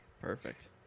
Perfect